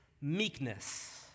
meekness